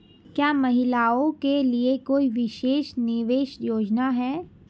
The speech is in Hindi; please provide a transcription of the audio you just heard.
क्या महिलाओं के लिए कोई विशेष निवेश योजना है?